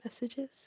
messages